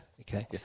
Okay